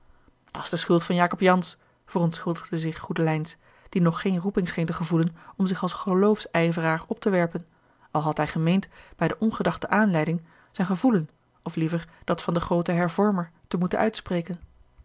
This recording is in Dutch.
voeren dat's de schuld van jacob jansz verontschuldigde zich goedelijns die nog geene roeping scheen te gevoelen om zich als geloofsijveraar op te werpen al had hij gemeend bij de ongedachte aanleiding zijn gevoelen of liever dat van den grooten hervormer te moeten uitspreken